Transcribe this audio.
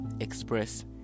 express